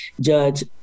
Judge